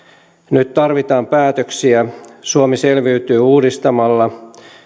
nyt tarvitaan päätöksiä suomi selviytyy uudistamalla